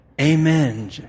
Amen